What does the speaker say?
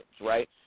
right